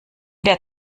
der